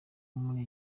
muri